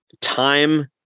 time